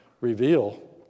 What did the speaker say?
reveal